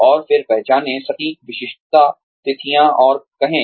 और फिर पहचाने सटीक विशिष्ट तिथियां और कहें